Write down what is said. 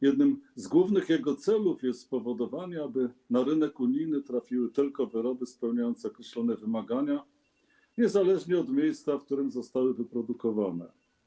Jednym z głównych jego celów jest spowodowanie, aby na rynek unijny trafiły tylko wyroby spełniające określone wymagania, niezależnie od miejsca, w którym zostały wyprodukowane.